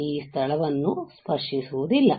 ಈ ಸ್ಥಳವನ್ನು ಸ್ಪರ್ಶಿಸುವುದಿಲ್ಲ